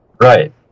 Right